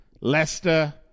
Leicester